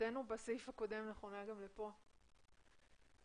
הערתנו בסעיף הקודם נכונה גם לסעיף הזה.